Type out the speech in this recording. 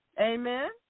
Amen